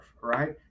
right